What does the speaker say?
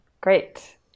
great